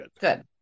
good